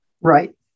Right